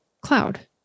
Cloud